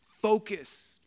focus